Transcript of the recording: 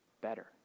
better